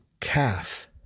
calf